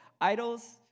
idols